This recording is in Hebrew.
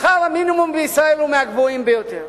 שכר המינימום בישראל הוא מהגבוהים ביותר.